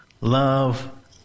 love